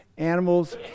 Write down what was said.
animals